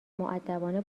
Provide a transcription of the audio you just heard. مودبانه